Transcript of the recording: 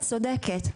את צודקת,